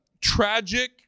tragic